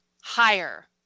higher